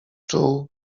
czuł